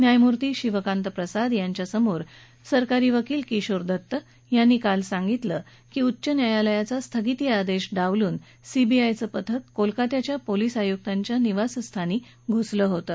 न्यायमूर्ती शिवकांत प्रसाद यांच्या पीठासमोर सरकारी वकील किशोर दत्त यांनी काल सांगितलं की उच्च न्यायालयाचा स्थगिती आदेश डावलून सीबीआयचं पथक कोलकात्याच्या पोलीस आयुक्तांच्या निवासस्थानी घुसलं होतं